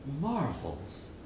marvels